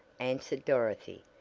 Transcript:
answered dorothy,